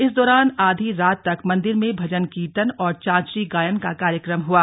इस दौरान आधी रात तक मंदिर में भजन कीर्तन और चांचरी गायन का कार्यक्रम हुआ